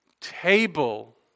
Table